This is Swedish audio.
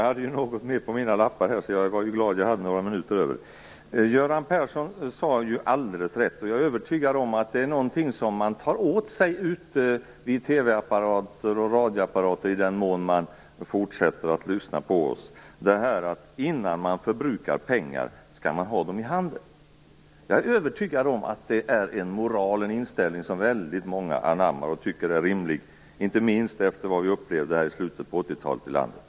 Herr talman! Göran Persson sade ju alldeles rätt, och jag är övertygad om att det är någonting som man tar åt sig ute vid TV-apparater och radioapparater, i den mån man fortsätter att lyssna på oss. Han sade att innan man förbrukar pengar skall man ha dem i handen. Jag är övertygad om att det är en moral och en inställning som väldigt många anammar och tycker är rimlig, inte minst efter vad vi upplevde i slutet av 1980-talet här i landet.